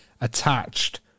attached